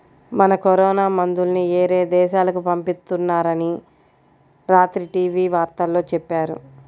మన కరోనా మందుల్ని యేరే దేశాలకు పంపిత్తున్నారని రాత్రి టీవీ వార్తల్లో చెప్పారు